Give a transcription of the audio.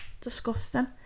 Disgusting